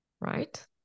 right